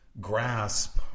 grasp